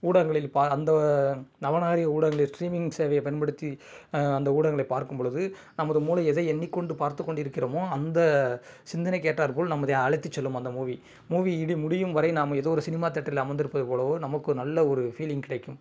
ஊடகங்களில் ப அந்த நவநாகரிக ஊடகத்தின் ஸ்ட்ரிமிங் சேவையை பயன்படுத்தி அந்த ஊடகங்களை பார்க்கும் பொழுது நமது மூளை எதை எண்ணிக்கொண்டு பார்த்துக் கொண்டு இருக்கிறோமோ அந்த சிந்தனைக்கேற்றார்போல் நம்மளை அழைத்துச் செல்லும் அந்த மூவி மூவி இடு முடியும் வரை நாம் எதோ ஒரு சினிமா தேட்டர்ல அமர்ந்திருப்பது போலவோ நமக்கு ஒரு நல்ல ஒரு ஃபீலிங் கிடைக்கும்